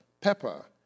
pepper